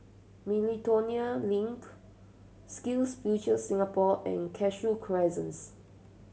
Miltonia Link Skills Future Singapore and Cashew Crescents